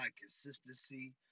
consistency